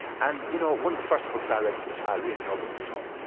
and you know one of the first books i read as a child we had no books at home,